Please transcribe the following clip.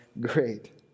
great